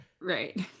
Right